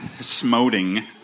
smoting